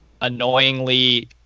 annoyingly